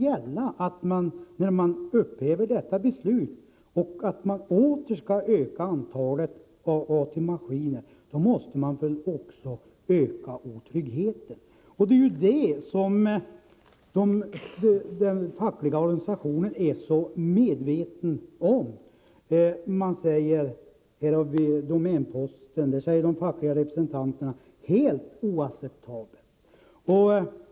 När man nu upphäver detta beslut och åter ökar antalet arbetstagaroch entreprenörägda maskiner, måste väl också otryggheten öka. Det är det som den fackliga organisationen är så medveten om. Helt oacceptabelt, säger de fackliga representanterna i DomänPosten.